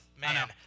man